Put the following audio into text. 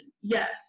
Yes